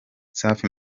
safi